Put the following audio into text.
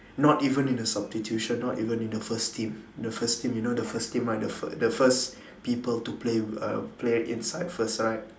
not even in the substitution not even in the first team the first team you know the first team right the fir~ the first people to play err play inside first right